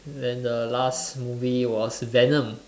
then the last movie was venom